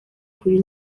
kuri